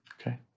Okay